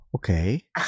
okay